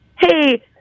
hey